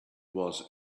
was